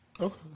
Okay